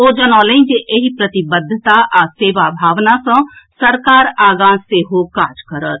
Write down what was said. ओ जनौलनि जे एहि प्रतिबद्वता आ सेवा भावना सँ सरकार आगाँ सेहो काज करत